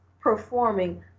performing